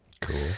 Cool